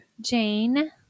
jane